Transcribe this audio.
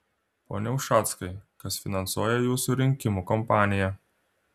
pone ušackai kas finansuoja jūsų rinkimų kompaniją